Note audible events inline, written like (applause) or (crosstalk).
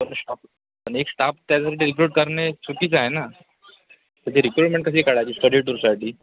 (unintelligible) staff आणि एक staff त्याच्यासाठी रिक्रूट करणे चुकीचं आहे ना त्याची रिक्रूटमेंट कशी काढायची स्टडी टूरसाठी